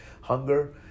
hunger